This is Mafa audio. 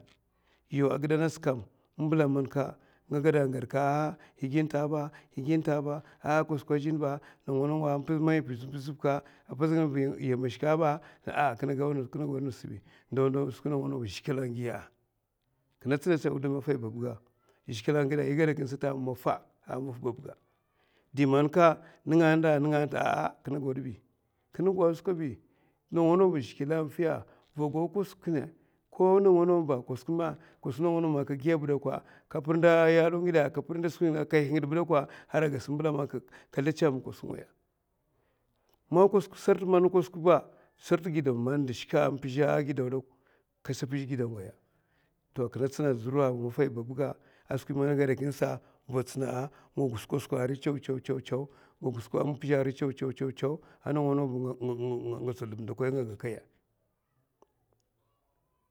yauwa agidè angasa kada gadka ahh yè gi ngasa ba, ahh kosuk ajin bay. mèbèla man ahh kat ma asum ngidè ka pizhè ba, yama shkè aɓay, dimanka nènga ta nènga kat sè kam, kinè tsina kèdè dalay babbga zhigilèngaya da gaukè, man kachi golingay ba kada wara ndzi tènga ana mam nènga achin ma tènga dè achina bi da man tawash shik nga gokwa kosuk nga pizhè gidau, kagi kosuk ka mpizhè gidau, kagi kosuk ka pizhè gidau, sarɗtè nda mpizhè gidau ndavna sa kagi kosuk ngaya, kajakda ko man kosukakadè agidau ka ngots skwi kèshkètè kandiya ahud ngaya ka ngots skwi kèshkètè kaza vi a kirmamngaya a giya nènga anta nènga anta kinè gwadbi nawa nawa ba zhigilè aviya, vogau kosuk ginè ka pir nda yalo ngidè ko man ka pir kahuh ba arai ag sartè man kosuk sa kazlèchè ama kosuk ngaya kinè tsina kadè dalay ɓabbga, ngo gusokoy kosuk airy chèwchèw. vo gus mpizhè ariy chèwchèw anawa nawa ba